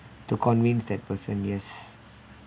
to convince that person yes